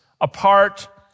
apart